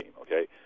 Okay